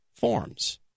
forms